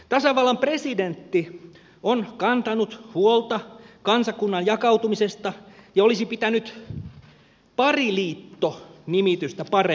tasavallan presidentti on kantanut huolta kansakunnan jakautumisesta ja olisi pitänyt pariliitto nimitystä parempana